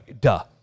Duh